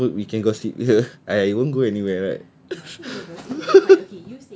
are you sure it's a good we can gossip here I won't go anywhere right